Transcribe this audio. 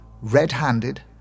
Red-Handed